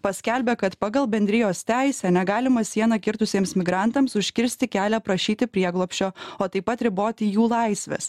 paskelbė kad pagal bendrijos teisę negalima sieną kirtusiems migrantams užkirsti kelią prašyti prieglobsčio o taip pat riboti jų laisves